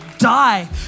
die